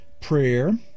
prayer